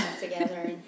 together